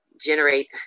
generate